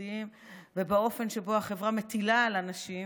התרבותיים ובאופן שבו החברה מטילה על הנשים